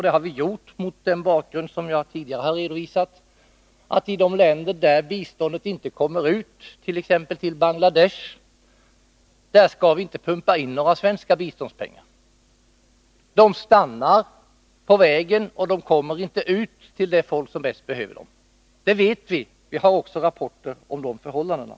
Det har vi gjort mot den bakgrund som jag tidigare har redovisat, nämligen att vårt land i de länder där biståndet inte kommer ut, t.ex. Bangladesh, inte skall pumpa in några svenska biståndspengar. Pengarna stannar på vägen och kommer inte ut till de människor som bäst behöver dem. Det vet vi. Vi har rapporter om dessa förhållanden.